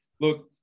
Look